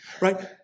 right